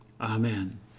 Amen